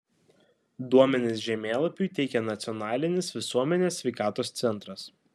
duomenis žemėlapiui teikia nacionalinis visuomenės sveikatos centras